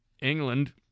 England